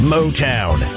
Motown